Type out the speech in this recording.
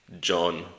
John